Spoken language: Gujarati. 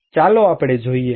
ચાલો આપણે જોઈએ